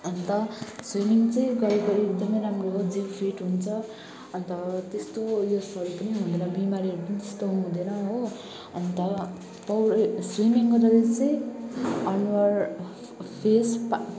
अन्त स्विमिङ चाहिँ गरेको एकदमै राम्रो हो जिउ फिट् हुन्छ अन्त त्यस्तो उयो उयसहरू पनि हुँदैन बिमारीहरू पनि त्यस्तो हुँदैन हो अन्त पौडी स्विमिङ गर्दाखेरि चाहिँ अनुहार फेस पा